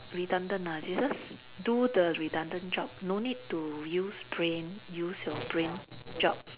redundant ah they just do the redundant job no need to use brain use your brain job